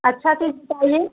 अच्छा चीज बताइये